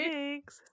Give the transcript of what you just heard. Thanks